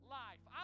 life